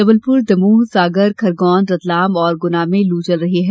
जबलपुर दमोह सागर खरगौन रतलाम और गुना में लू चल रही है